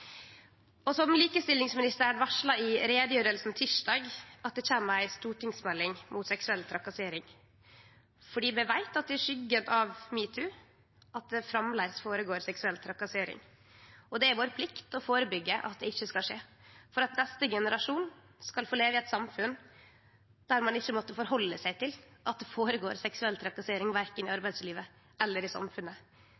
Som likestillingsministeren varsla i utgreiinga tysdag, kjem det ei stortingsmelding mot seksuell trakassering. Vi veit at det i skuggen av metoo framleis føregår seksuell trakassering, og det er vår plikt å førebyggje at det ikkje skal skje, for at neste generasjon skal få leve i eit samfunn der ein ikkje må forhalde seg til at det føregår seksuell trakassering, verken i